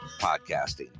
podcasting